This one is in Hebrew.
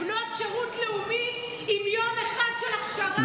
בנות שירות לאומי, עם יום אחד של הכשרה.